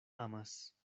amas